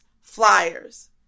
Flyers